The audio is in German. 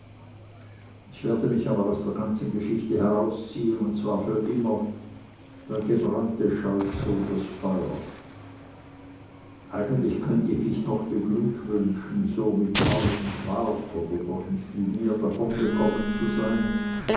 ich werde mich aber aus der ganzen geschichte herausziehen und zwar für immer der gebrannte scheut das feuer eigentlich könnt ich mich noch beglückwünschen so mit tausend mark oder doch nicht viel mehr davongekommen zu sein